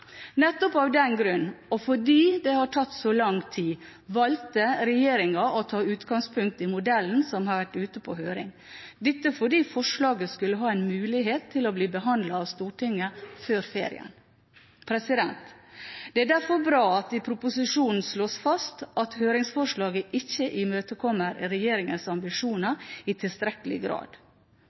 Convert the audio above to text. Nettopp av den grunn, og fordi det har tatt så lang tid, valgte regjeringen å ta utgangspunkt i modellen som har vært ute på høring. Dette var fordi forslaget skulle ha en mulighet til å bli behandlet av Stortinget før ferien. Det er derfor bra at det i proposisjonen slås fast at høringsforslaget ikke imøtekommer regjeringens ambisjoner i tilstrekkelig grad,